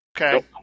Okay